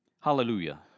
Hallelujah